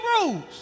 rules